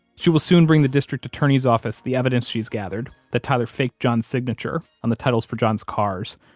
she will soon bring the district attorney's office the evidence she's gathered that tyler faked john's signature on the titles for john's cars,